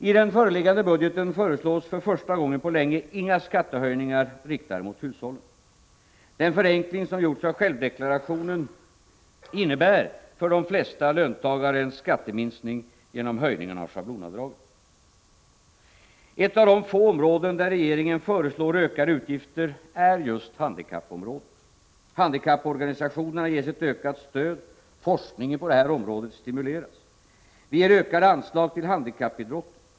I den föreliggande budgeten föreslås för första gången på länge inga skattehöjningar riktade mot hushållen. Den förenkling som gjorts av självdeklarationen innebär för de flesta löntagare en skatteminskning genom höjningen av schablonavdraget. Ett av de få områden där regeringen föreslår ökade utgifter är just handikappområdet. Handikapporganisationerna ges ett ökat stöd, och forskningen på det här området stimuleras. Vi ger ökade anslag till handikappidrotten.